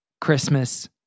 Christmas